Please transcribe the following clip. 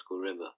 River